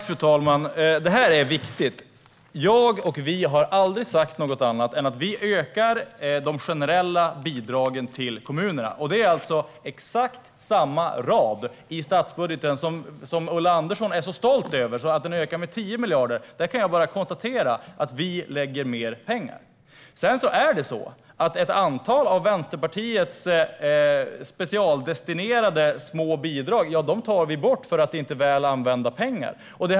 Fru talman! Det här är viktigt: Jag och vi har aldrig sagt något annat än att vi ökar de generella bidragen till kommunerna. Det är alltså exakt samma rad i statsbudgeten där Ulla Andersson är så stolt över att hon ökar med 10 miljarder. Där kan jag bara konstatera att vi lägger mer pengar. Sedan tar vi bort ett antal av Vänsterpartiets specialdestinerade små bidrag eftersom det inte är väl använda pengar.